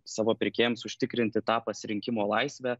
savo pirkėjams užtikrinti tą pasirinkimo laisvę